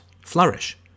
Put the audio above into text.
flourish